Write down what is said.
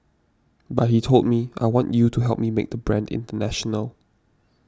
but he told me I want you to help me make the brand international